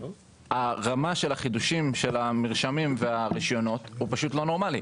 הרמה של חידושי המרשמים והרישיונות היא לא נורמלית.